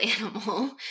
animal